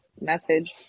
message